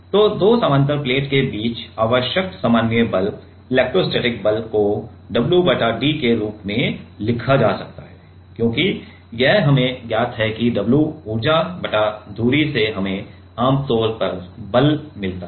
तो दो समानांतर प्लेट के बीच आवश्यक सामान्य बल इलेक्ट्रोस्टैटिक बल को w बटा d के रूप में लिखा जा सकता है क्योंकि यह हमें ज्ञात है कि w ऊर्जा बटा दूरी से हमें आमतौर पर बल मिलता है